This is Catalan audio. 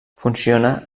funciona